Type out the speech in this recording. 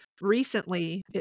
recently